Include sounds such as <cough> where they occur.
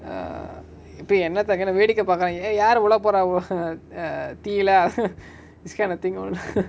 ah இப்ப என்னத அங்கன வேடிக்க பாக்குரா:ippa ennatha angana vedika paakura eh யாரு உல போரா:yaaru ula poraa uh err தீயுள:theeyula <laughs> this kind of thing oh lah <noise>